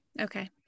Okay